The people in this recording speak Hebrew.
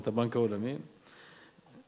הבנק העולמי וה-OECD,